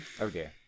okay